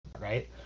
right